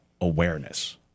awareness